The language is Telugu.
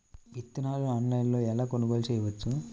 విత్తనాలను ఆన్లైనులో ఎలా కొనుగోలు చేయవచ్చు?